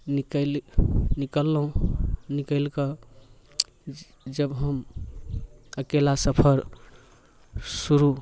निकलि निकललहुँ निकलि कऽ जब हम अकेला सफर शुरू